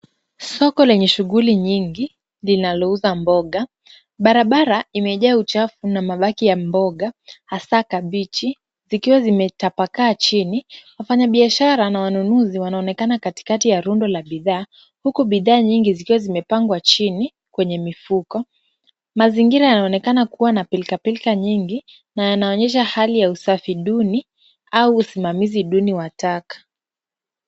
Soko lenye shughuli nyingi linalouza mboga. Barabara imejaa uchafu na mabaki ya mboga hasa kabichi zikiwa zimetapakaa chini. Wafanyabiashara na wanunuzi wanaonekana katikati ya rundo la bidhaa huku bidhaa nyingi zikiwa zimepangwa chini kwenye mifuko. Mazingira yanaonekana kuwa na pilkapilka nyingi na yanaonyesha hali ya usafi duni au usimamizi duni wa taka.